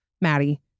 Maddie